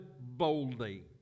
boldly